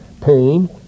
pain